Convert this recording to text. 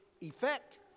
effect